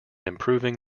improving